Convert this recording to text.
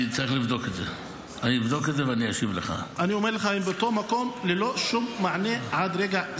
אני רק רוצה שיהיה אותו סטנדרט גם בהקשר של אונר"א.